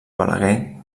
balaguer